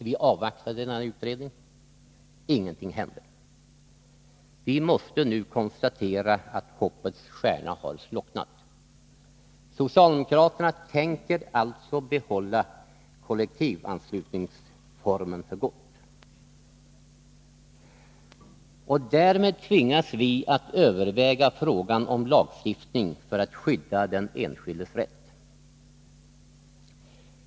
Vi avvaktade denna utredning — ingenting hände. Vi måste konstatera att hoppets stjärna har slocknat. Socialdemokraterna tänker alltså behålla kollektivanslutningsformen för gott. Därmed tvingas vi att överväga frågor om lagstiftning för att skydda den enskildes rätt.